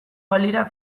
balira